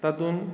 तातूंत